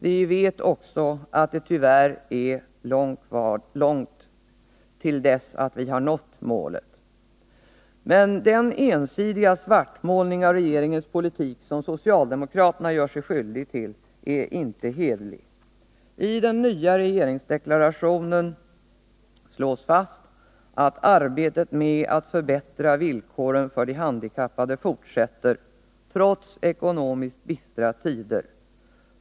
Vi vet också att det tyvärr är långt till dess att vi har nått målet. Men den ensidiga svartmålning av regeringens politik som socialdemokraterna gör sig skyldiga till är inte hederlig. I den nya regeringsdeklarationen slås fast att arbetet med att förbättra villkoren för de handikappade fortsätter trots ekonomiskt bistra tider.